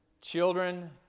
Children